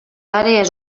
àrees